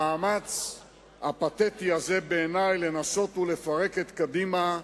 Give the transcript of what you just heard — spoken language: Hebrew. המאמץ הפתטי הזה, בעיני, לנסות לפרק את קדימה,